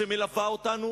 שמלווה אותנו